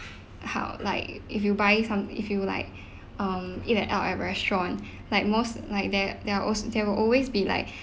how like if you buy some if you like um in and out at restaurant like most like they're they're also they will always be like